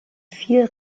vier